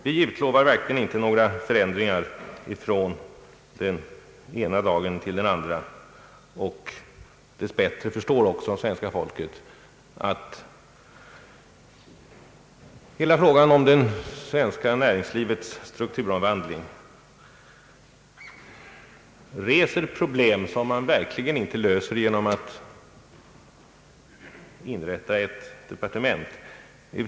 Vi utlovar verkligen inte några förändringar från den ena dagen till den andra. Dess bättre förstår också svenska folket att frågan om det svenska näringslivets strukturomvandling reser problem som man verkligen inte löser genom att inrätta ett departement.